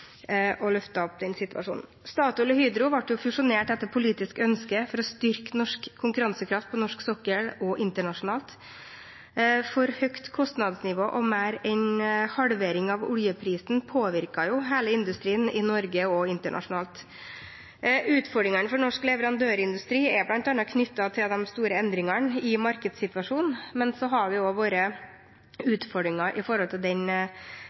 opp den situasjonen. Statoil og Hydro ble fusjonert etter politisk ønske for å styrke norsk konkurransekraft på norsk sokkel og internasjonalt. For høyt kostnadsnivå og mer enn halvering av oljeprisen påvirket hele industrien i Norge og internasjonalt. Utfordringene for norsk leverandørindustri er bl.a. knyttet til de store endringene i markedssituasjonen, men det har også vært utfordringer med tanke på den